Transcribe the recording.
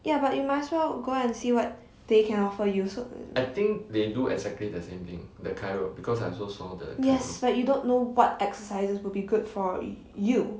ya but you might as well go and see what they can offer you yes but you don't know what exercises will be good for you